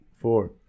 four